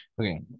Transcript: Okay